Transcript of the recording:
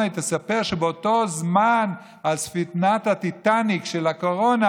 היא תספר שבאותו זמן על ספינת הטיטניק של הקורונה,